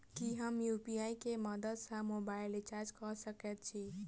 की हम यु.पी.आई केँ मदद सँ मोबाइल रीचार्ज कऽ सकैत छी?